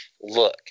Look